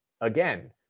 again